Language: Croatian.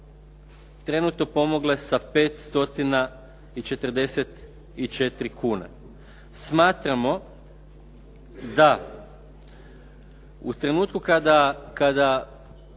trenutno pomogle sa 544 kune. Smatramo da u trenutku kada